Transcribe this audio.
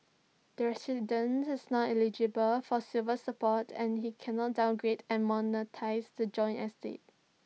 the resident is not eligible for silver support and he cannot downgrade and monetise the joint estate